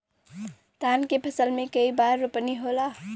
धान के फसल मे कई बार रोपनी होला?